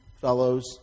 fellows